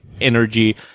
energy